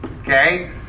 Okay